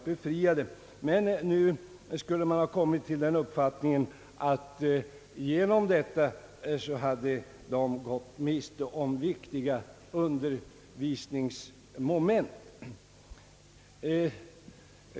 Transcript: Nu skulle man emellertid ha kommit till den uppfattningen att akademikerna på detta sätt hade gått miste om viktiga undervisningsmoment.